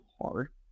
hard